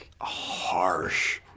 harsh